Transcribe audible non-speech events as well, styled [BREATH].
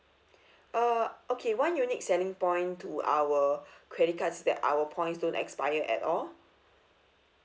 [BREATH] uh okay one unique selling point to our [BREATH] credit cards that our points don't expire at all